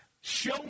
show